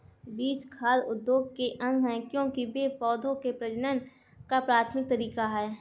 बीज खाद्य उद्योग के अंग है, क्योंकि वे पौधों के प्रजनन का प्राथमिक तरीका है